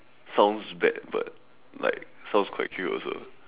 sounds bad but like sounds quite cute also